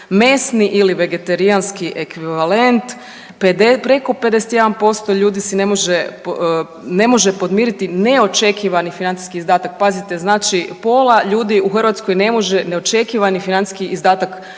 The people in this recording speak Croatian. mesni ili vegetarijanski ekvivalent, preko 51% si ne može, ne može pomiriti neočekivani financijski izdatak, pazite znači polja ljudi u Hrvatskoj ne može neočekivani izdatak